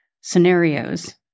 scenarios